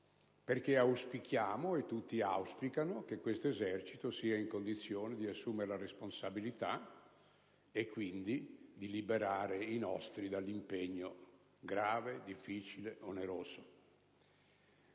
perché auspichiamo, tutti auspicano, che questo esercito sia in condizioni di assumere la responsabilità e quindi di liberare i nostri da un impegno grave, difficile, oneroso.